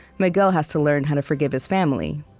miguel has to learn how to forgive his family,